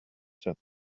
said